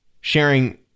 sharing